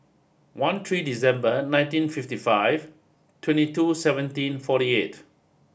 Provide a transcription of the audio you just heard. one three December nineteen fifty five twenty two seventeen forty eight